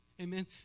Amen